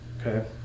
Okay